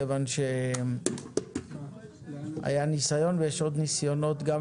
כיוון שהיו ניסיונות טובים,